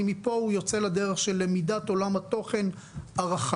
ומפה הוא יוצא לדרך של למידת עולם התוכן הרחב.